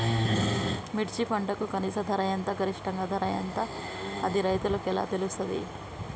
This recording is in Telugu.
మిర్చి పంటకు కనీస ధర ఎంత గరిష్టంగా ధర ఎంత అది రైతులకు ఎలా తెలుస్తది?